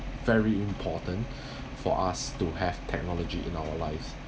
very important for us to have technology in our life